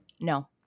no